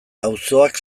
auzoak